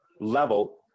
level